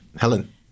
helen